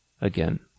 again